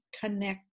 connect